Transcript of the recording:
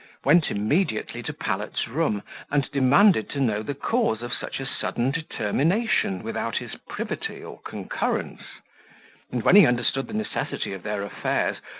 went immediately to pallet's room and demanded to know the cause of such a sudden determination without his privity or concurrence and when he understood the necessity of their affairs,